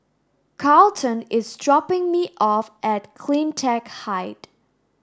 Carlton is dropping me off at CleanTech Height